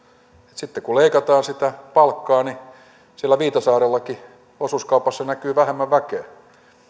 sitten kun leikataan sitä palkkaa niin siellä viitasaarellakin osuuskaupassa näkyy vähemmän väkeä